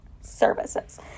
services